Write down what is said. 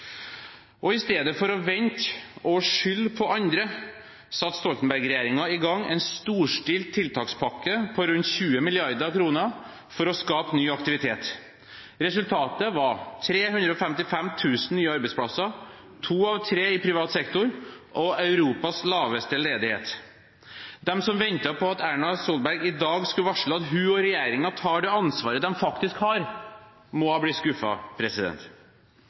I stedet for å vente og skylde på andre satte Stoltenberg-regjeringen i gang en storstilt tiltakspakke på rundt 20 mrd. kr for å skape ny aktivitet. Resultatet var 355 000 nye arbeidsplasser, to av tre i privat sektor, og Europas laveste ledighet. De som ventet på at Erna Solberg i dag skulle varsle at hun og regjeringen tar det ansvaret de faktisk har, må ha